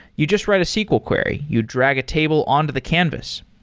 you just write a sql query. you drag a table on to the canvas.